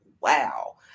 wow